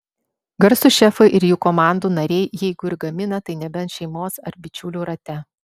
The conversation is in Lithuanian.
garsūs šefai ir jų komandų nariai jeigu ir gamina tai nebent šeimos ar bičiulių rate